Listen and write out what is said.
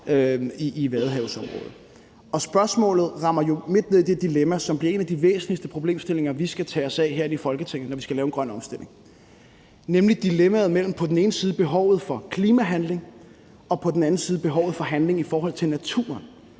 i vadehavsområdet. Spørgsmålet rammer jo midt ned i det dilemma, som bliver en af de væsentligste problemstillinger, vi skal tage os af herinde i Folketinget, når vi skal lave en grøn omstilling, nemlig dilemmaet mellem på den ene side behovet for klimahandling og på den anden side behovet for handling i forhold til naturen,